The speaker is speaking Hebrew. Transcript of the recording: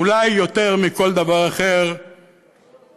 אולי יותר מכל דבר אחר מסמל